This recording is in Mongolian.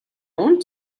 үнэ